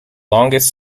longest